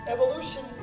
Evolution